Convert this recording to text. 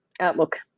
outlook